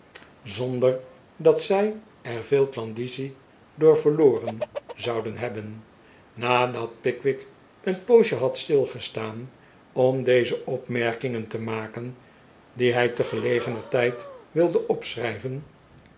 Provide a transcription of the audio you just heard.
zonder dat zij er veel klandizie door verloren zouden hebben nadat pickwick een poosje had stilgestaan om deze opmerkingen te maken die hij te gelegener tijd wilde